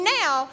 now